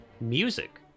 music